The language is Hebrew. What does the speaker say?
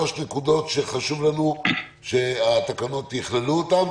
שלוש נקודות שחשוב לנו שהתקנות יכללו אותן.